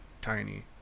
tiny